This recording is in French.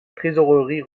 trésorerie